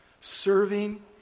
serving